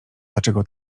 dlaczego